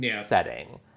setting